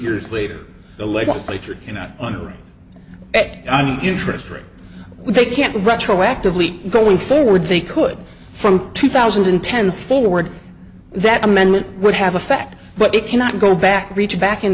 years later the legislature not on her interest rate they can't retroactively going forward they could from two thousand and ten forward that amendment would have effect but it cannot go back reach back in